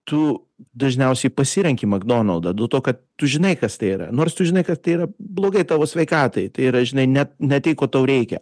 tu dažniausiai pasirenki makdonaldą dėl to kad tu žinai kas tai yra nors tu žinai kad tai yra blogai tavo sveikatai tai yra žinai ne ne tai ko tau reikia